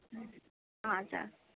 हजुर